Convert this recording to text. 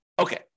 Okay